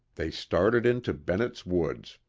they started into bennett's woods.